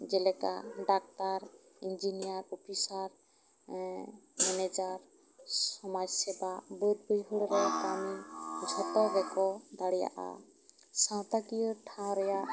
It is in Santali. ᱡᱮᱞᱮᱠᱟ ᱰᱟᱠᱴᱟᱨ ᱤᱱᱡᱤᱱᱤᱭᱟᱨ ᱚᱯᱷᱤᱥᱟᱨ ᱢᱮᱱᱮᱡᱟᱨ ᱥᱚᱢᱟᱡᱽ ᱥᱮᱵᱟ ᱵᱟᱹᱫᱽ ᱵᱟᱹᱲᱦᱟᱹᱲ ᱨᱮ ᱠᱟᱹᱢᱤ ᱡᱷᱚᱛᱚ ᱜᱮ ᱠᱚ ᱫᱟᱲᱮᱭᱟᱜᱼᱟ ᱥᱟᱶᱛᱟ ᱠᱤᱭᱟᱹ ᱴᱷᱟᱶ ᱨᱮᱭᱟᱜ